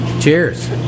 Cheers